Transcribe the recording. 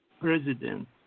president